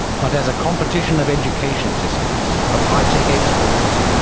but as a competition of education systems, of high-tech exports,